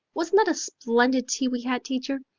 wasn't that a splendid tea we had, teacher?